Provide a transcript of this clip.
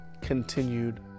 continued